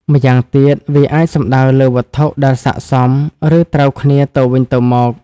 ម្យ៉ាងទៀត វាអាចសំដៅលើវត្ថុដែលសក្ដិសម ឬត្រូវគ្នាទៅវិញទៅមក។